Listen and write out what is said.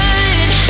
Good